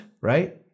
Right